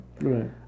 Right